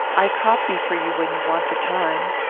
i copy for you when you want the time.